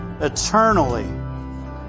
eternally